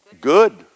Good